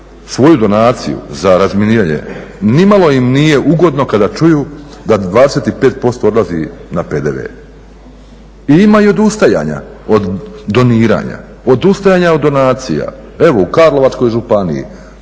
svoju donaciju za razminiranje ni malo im nije ugodno kada čuju da 25% odlazi na PDV. I ima i odustajanja od doniranja, odustajanja od donacija. Evo u Karlovačkoj županiji